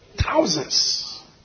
Thousands